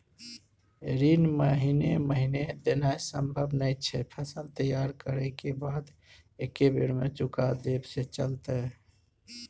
ऋण महीने महीने देनाय सम्भव नय छै, फसल तैयार करै के बाद एक्कै बेर में चुका देब से चलते?